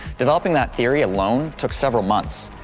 developing that theory alone took several months,